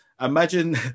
imagine